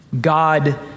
God